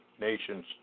nations